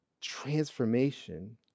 transformation